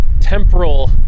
temporal